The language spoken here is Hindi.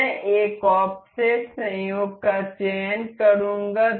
मैं एक ऑफसेट संयोग का चयन करूंगा